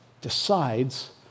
decides